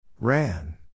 Ran